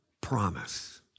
Promise